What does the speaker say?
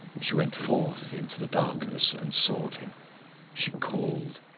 she went forth into the darkness and sought him she called,